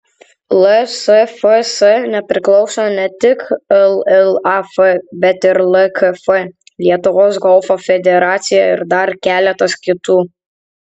lsfs nepriklauso ne tik llaf bet ir lkf lietuvos golfo federacija ir dar keletas kitų